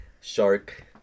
Shark